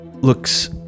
looks